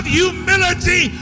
humility